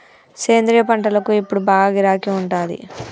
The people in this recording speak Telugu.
సేంద్రియ పంటలకు ఇప్పుడు బాగా గిరాకీ ఉండాది